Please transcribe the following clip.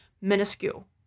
minuscule